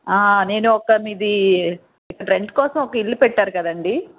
ఆ నేను ఒక మీది రెంట్ కోసం ఇల్లు పెట్టారుకదండి